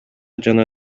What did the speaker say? жана